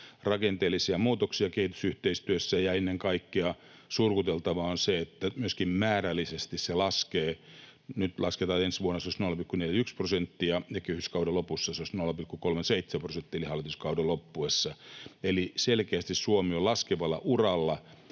rakenteellisia muutoksia kehitysyhteistyössä. Ennen kaikkea surkuteltavaa on se, että myöskin määrällisesti se laskee. Nyt lasketaan, että ensi vuonna se olisi 0,41 prosenttia ja kehyskauden lopussa, eli hallituskauden loppuessa, se olisi 0,37 prosenttia. Eli selkeästi Suomi on laskevalla uralla.